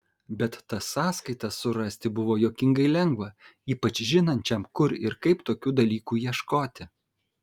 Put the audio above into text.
bet tas sąskaitas surasti buvo juokingai lengva ypač žinančiam kur ir kaip tokių dalykų ieškoti